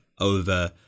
over